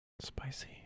Spicy